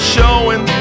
Showing